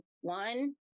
one